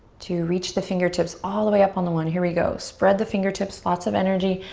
two, reach the fingertips all the way up on the one. here we go. spread the fingertips, lots of energy.